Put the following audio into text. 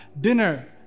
dinner